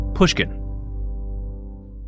Pushkin